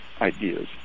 ideas